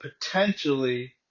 potentially